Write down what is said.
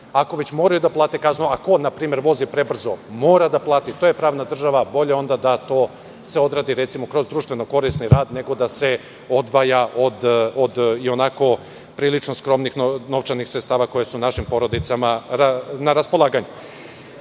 ako već moraju da plate kaznu, a ko vozi prebrzo mora da plati, to je pravna država, onda je bolje da se to odradi kroz društveno-korisni rad nego da se odvaja od ionako prilično skromnih novčanih sredstava koje su našim porodicama na raspolaganju. Dobro